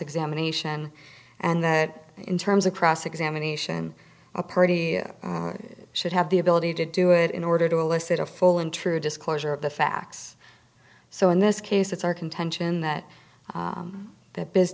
examination and that in terms of cross examination a party should have the ability to do it in order to elicit a full and true disclosure of the facts so in this case it's our contention that the biz